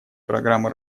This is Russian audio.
программы